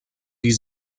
die